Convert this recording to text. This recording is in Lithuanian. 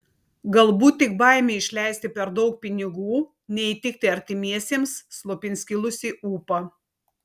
galbūt tik baimė išleisti per daug pinigų neįtikti artimiesiems slopins kilusį ūpą